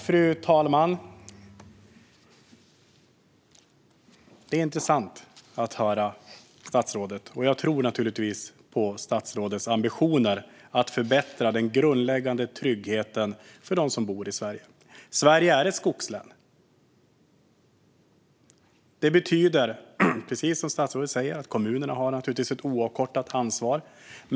Fru talman! Det är intressant att höra statsrådet. Jag tror naturligtvis på statsrådets ambitioner att förbättra den grundläggande tryggheten för dem som bor i Sverige. Sverige är ett skogsland. Det betyder, precis som statsrådet säger, att kommunerna har ett oavkortat ansvar.